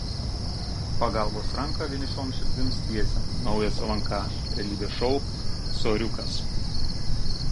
pagalbos ranką vienišoms širdims tiesia naujas lnk realybės šou soriukas